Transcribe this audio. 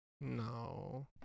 No